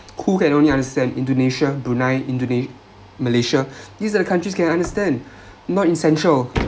who can only understand indonesia brunei indone~ malaysia these are the countries can understand not essential